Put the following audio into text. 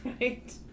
right